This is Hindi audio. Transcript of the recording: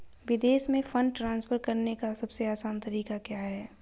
विदेश में फंड ट्रांसफर करने का सबसे आसान तरीका क्या है?